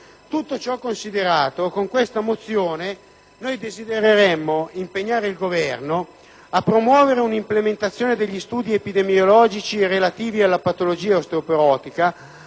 Tutto ciò considerato, con la mozione presentata noi desidereremmo impegnare il Governo a promuovere un'implementazione degli studi epidemiologici relativi alla patologia osteoporotica